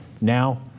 Now